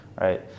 Right